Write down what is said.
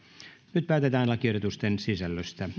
nyt päätetään lakiehdotusten sisällöstä